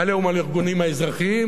"עליהום" על הארגונים האזרחיים.